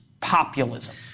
populism